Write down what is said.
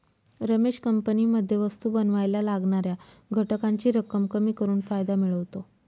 रमेश कंपनीमध्ये वस्तु बनावायला लागणाऱ्या घटकांची रक्कम कमी करून फायदा मिळवतो